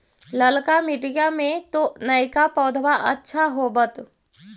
ललका मिटीया मे तो नयका पौधबा अच्छा होबत?